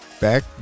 back